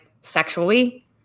sexually